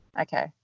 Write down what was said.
Okay